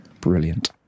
Brilliant